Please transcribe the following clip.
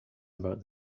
about